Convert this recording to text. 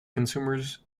consumers